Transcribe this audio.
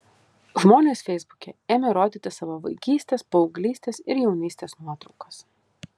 žmonės feisbuke ėmė rodyti savo vaikystės paauglystės ir jaunystės nuotraukas